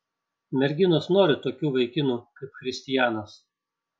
merginos nori tokių vaikinų kaip christijanas